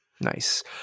Nice